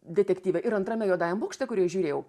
detektyve ir antrame juodajam bokšte kurį aš žiūrėjau